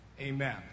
Amen